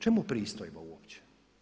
Čemu pristojba uopće?